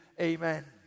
Amen